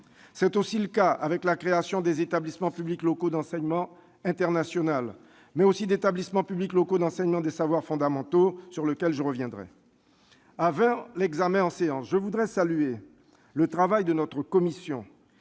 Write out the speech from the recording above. C'est aussi le cas avec la création d'établissements publics locaux d'enseignement international, les EPLEI, et d'établissements publics locaux d'enseignement des savoirs fondamentaux, les EPLESF, sur lesquels je reviendrai. Avant l'examen en séance, je veux saluer le travail de notre commission,